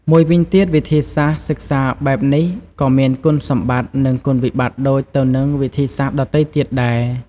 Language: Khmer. មួយវិញទៀតវិធីសាស្ត្រសិក្សាបែបនេះក៏មានគុណសម្បត្តិ និងគុណវិបត្តិដូចទៅនឹងវិធីសាស្ត្រដទៃទៀតដែរ។